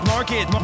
Market